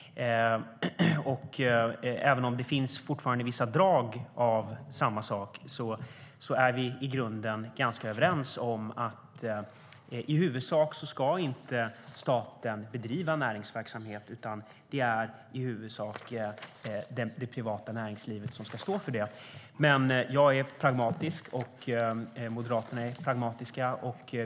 Även om det fortfarande finns en viss grad av samma sak är vi i grunden ganska överens om att staten i huvudsak inte ska bedriva näringsverksamhet. Det är i huvudsak det privata näringslivet som ska stå för det. Jag är dock pragmatisk, och Moderaterna är pragmatiska.